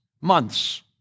months